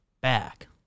back